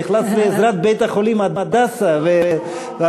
נחלץ לעזרת בית-החולים "הדסה" יש לו בשורה אולי.